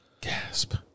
Gasp